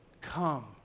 Come